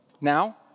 Now